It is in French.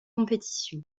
compétition